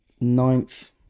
ninth